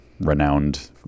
renowned